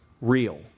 real